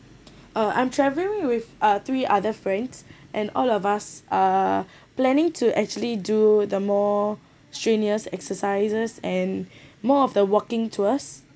uh I'm travelling with uh three other friends and all of us are planning to actually do the more strenuous exercises and more of the walking tours